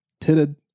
titted